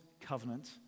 covenant